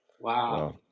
Wow